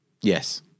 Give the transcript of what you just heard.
Yes